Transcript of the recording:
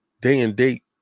day-and-date